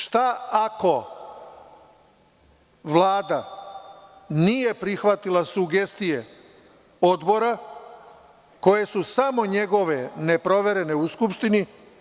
Šta ako Vlada nije prihvatila sugestije Odbora koje su samo njegove neproverene u Skupštini?